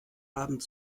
abend